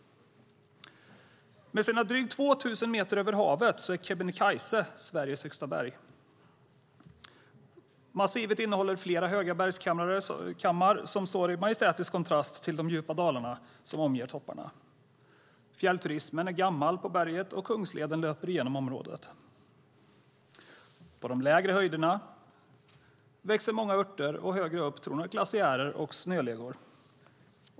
Med sina dryga 2 000 meter över havet är Kebnekaise Sveriges högsta berg. Massivet innehåller flera höga bergskammar som står i majestätisk kontrast till de djupa dalar som omger topparna. Fjällturismen är gammal på berget, och Kungsleden löper genom området. På de lägre höjderna växer många örter, och högre upp tronar glaciärer och snölegor.